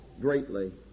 greatly